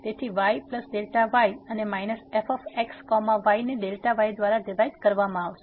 તેથી y Δy અને f x y ને y દ્વારા ડિવાઈડ કરવામાં આવશે